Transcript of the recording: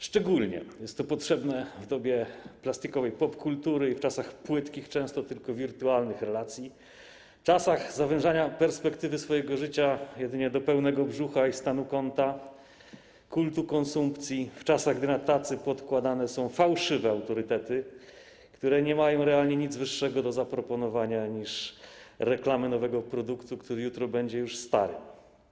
Szczególnie jest to potrzebne w dobie plastikowej popkultury, w czasach płytkich, często tylko wirtualnych relacji, w czasach zawężania perspektywy swojego życia jedynie do pełnego brzucha i stanu konta, kultu konsumpcji, w czasach, gdy na tacy składane są fałszywe autorytety, które nie mają realnie nic wyższego do zaproponowania niż reklamy nowego produktu, który jutro będzie już stary.